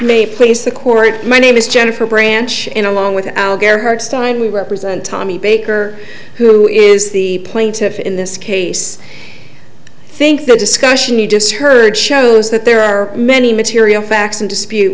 may please the court my name is jennifer branch in along with our bare hartstein we represent tommy baker who is the plaintiff in this case i think the discussion you just heard shows that there are many material facts in dispute